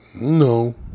no